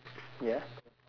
ya